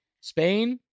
Spain